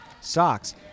socks